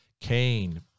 Cain